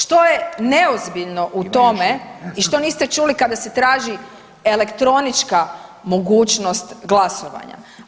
Što je neozbiljno u tome i što niste čuli kada se traži elektronička mogućnost glasovanja?